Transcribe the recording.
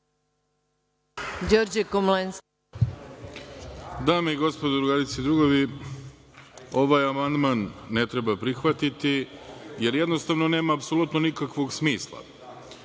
Dame i gospodo, drugarice i drugovi, ovaj amandman ne treba prihvatiti, jer jednostavno nema apsolutno nikakvog smisla.